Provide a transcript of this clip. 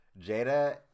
jada